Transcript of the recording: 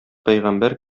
пәйгамбәр